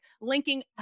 linking